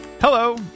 Hello